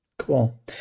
Cool